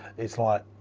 its like,